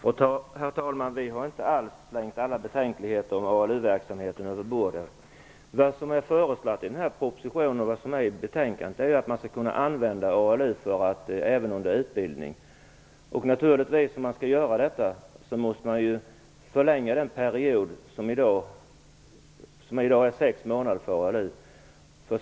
Herr talman! Vi har inte alls slängt alla betänkligheter överbord när det gäller ALU-verksamheten. Vad som har föreslagits i propositionen och i betänkandet är att ALU skall kunna användas även under utbildning. Om man skall göra det måste man förlänga perioden för ALU, som idag är 6 månader.